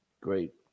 Great